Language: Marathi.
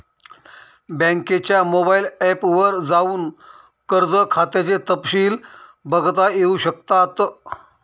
बँकेच्या मोबाइल ऐप वर जाऊन कर्ज खात्याचे तपशिल बघता येऊ शकतात